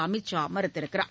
அமித் ஷா மறுத்துள்ளார்